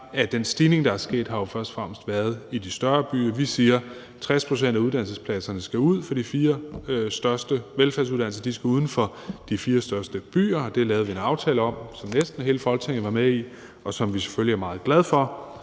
at den stigning, der er sket, jo først og fremmest har været i de større byer. Vi siger, at 60 pct. af uddannelsespladserne på velfærdsuddannelserne skal være uden for de fire største byer. Det lavede vi en aftale om, som næsten hele Folketinget var med i, og som vi selvfølgelig er meget glade for